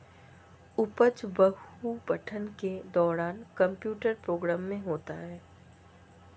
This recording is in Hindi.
उपज बहु पठन के दौरान कंप्यूटर प्रोग्राम में होता है